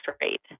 rate